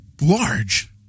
large